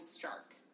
shark